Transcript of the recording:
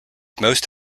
most